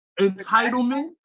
entitlement